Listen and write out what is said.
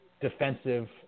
defensive